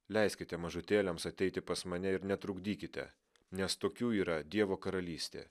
leiskite mažutėliams ateiti pas mane ir netrukdykite nes tokių yra dievo karalystė